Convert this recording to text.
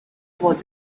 was